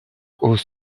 aux